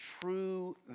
true